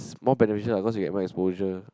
more beneficial lah cause you get more exposure